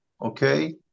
okay